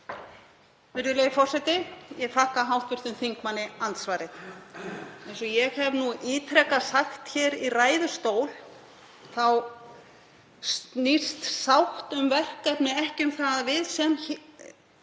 Virðulegi forseti. Ég þakka hv. þingmanni andsvarið. Eins og ég hef ítrekað sagt hér í ræðustól þá snýst sátt um verkefnið ekki um það að við sem hér